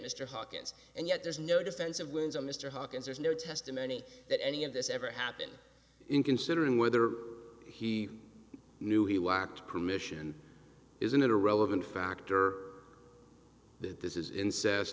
mr hawkins and yet there's no defensive wounds on mr hawkins there's no testimony that any of this ever happened in considering whether he knew he walked permission isn't it a relevant factor that this is incest